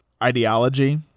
Ideology